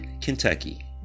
Kentucky